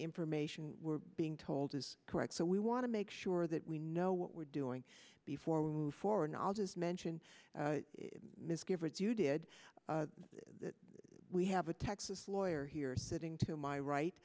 information we're being told is correct so we want to make sure that we know what we're doing before we move forward and i'll just mention misgivings you did that we have a texas lawyer here sitting to my right